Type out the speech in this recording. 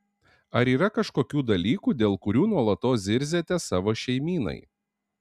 ar yra kažkokių dalykų dėl kurių nuolatos zirziate savo šeimynai